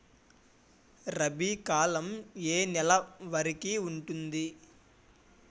రబీ కాలం ఏ ఏ నెల వరికి ఉంటుంది?